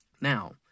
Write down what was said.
Now